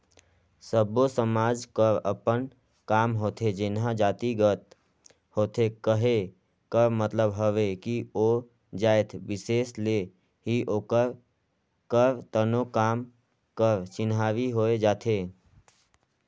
सब्बो समाज कर अपन काम होथे जेनहा जातिगत होथे कहे कर मतलब हवे कि ओ जाएत बिसेस ले ही ओकर करतनो काम कर चिन्हारी होए जाथे